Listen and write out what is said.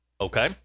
Okay